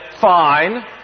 fine